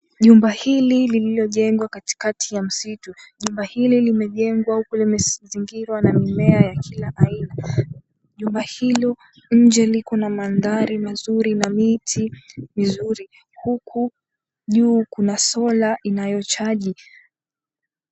Jumba hili lililojengwa katikati ya msitu. Jumba hili limejengwa huku imezingirwa na mimea ya kila aina. Jumba hilo nje liko na mandhari mazuri na miti mizuri, huku juu kuna solar inayochaji.